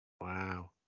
wow